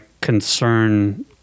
concern